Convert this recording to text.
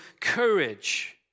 courage